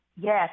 Yes